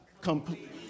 Complete